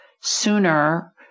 sooner